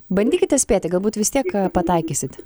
bandykite spėti galbūt vis tiek pataikysit